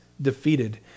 Defeated